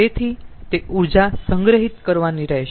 તેથી તે ઊર્જા સંગ્રહિત કરવાની રહેશે